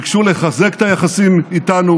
ביקשו לחזק את היחסים איתנו,